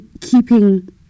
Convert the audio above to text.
keeping